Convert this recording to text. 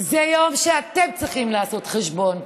זה יום שאתם צריכים לעשות חשבון,